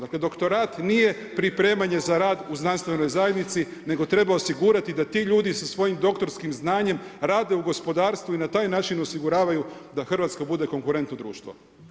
Dakle, doktorat nije pripremanje za rad u znanstvenoj zajednici, nego treba osigurati da ti ljudi, sa svojim doktorskim znanjem, rade u gospodarstvu i na taj način osiguravaju da Hrvatska bude konkurentno društvo.